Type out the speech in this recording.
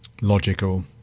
logical